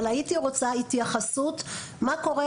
אבל הייתי רוצה התייחסות מה קורה,